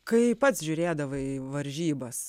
kai pats žiūrėdavai varžybas